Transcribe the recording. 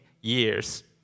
years